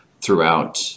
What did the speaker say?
throughout